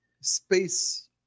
space